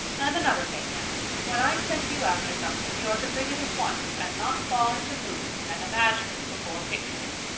and another thing, anne, when i send you after something you're to bring it at once and not fall into mooning and imagining before pictures.